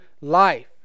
life